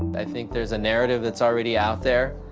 i think there's a narrative that's already out there,